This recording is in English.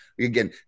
again